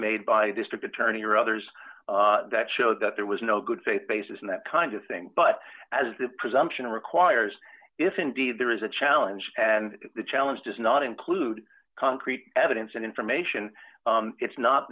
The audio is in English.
made by district attorney or others that show that there was no good faith basis in that kind of thing but as the presumption requires if indeed there is a challenge and the challenge does not include concrete evidence and information it's not